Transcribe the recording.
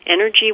energy